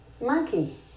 monkey